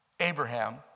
Abraham